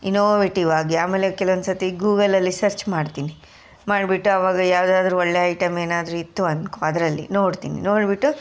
innovative ಆಗಿ ಆಮೇಲೆ ಕೆಲ್ವೊಂದು ಸರ್ತಿ ಗೂಗಲಲ್ಲಿ ಸರ್ಚ್ ಮಾಡ್ತೀನಿ ಮಾಡಿಬಿಟ್ಟು ಆವಾಗ ಯಾವುದಾದ್ರು ಒಳ್ಳೆಯ ಐಟಮ್ ಏನಾದರೂ ಇತ್ತು ಅಂದ್ಕೊ ಅದರಲ್ಲಿ ನೋಡ್ತೀನಿ ನೋಡಿಬಿಟ್ಟು